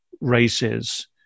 races